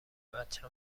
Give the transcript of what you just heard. بچه